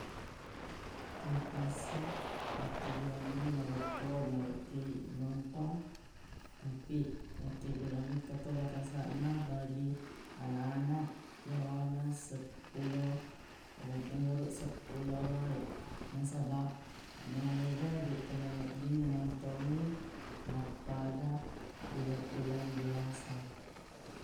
Telepisi yakkigunangngi narekko maeloq kiq nontong tapi nakkigunangngi engka to batasanna bagi ana-anak yawana seppulo u- umuruq seppulo aruwa e nasabaq maega deq to nawedding nanontongi mappada pile-pileng dewasa.